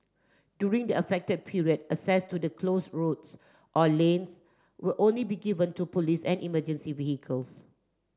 during the affected period access to the close roads or lanes will only be given to police and emergency vehicles